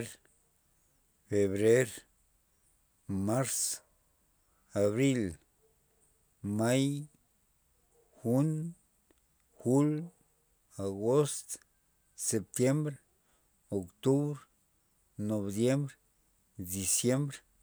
Ener febrer mars abril may jun jul agost septiem octubr noviem diciem